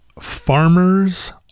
farmers